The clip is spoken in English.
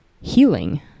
healing